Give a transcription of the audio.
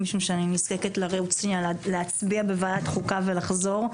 משום שאני נזקקת להצביע בוועדת חוקה ולחזור.